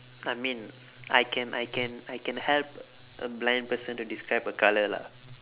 I mean I can I can I can help a blind person to describe a colour lah